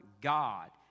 God